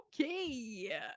okay